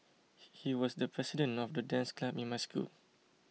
he he was the president of the dance club in my school